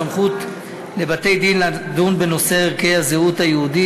סמכות לבתי-דין לדון בנושא ערכי הזהות היהודית),